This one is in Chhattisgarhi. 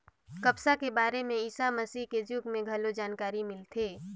कपसा के बारे में ईसा मसीह के जुग में घलो जानकारी मिलथे